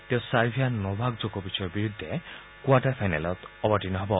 তেওঁ ছাৰ্বিয়াৰ নভাক জকোভিছৰ বিৰুদ্ধে কোৱাৰ্টাৰ ফাইনেলত অৱতীৰ্ণ হ'ব